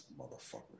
motherfucker